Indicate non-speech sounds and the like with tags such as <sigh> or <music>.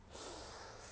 <noise>